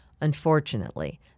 Unfortunately